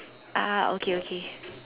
ah okay okay